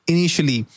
Initially